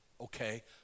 okay